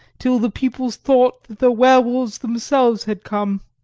till the peoples thought that the were-wolves themselves had come.